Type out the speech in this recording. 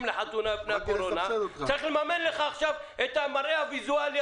לחתונה לפני הקורונה צריך לממן לך את המראה הוויזואלי